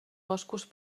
boscos